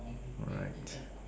alright